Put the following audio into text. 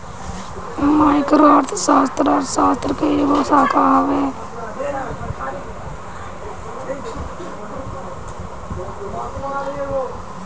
micro अर्थशास्त्र, अर्थशास्त्र के एगो शाखा हवे